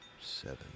seven